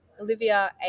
olivia